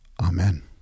Amen